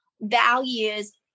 values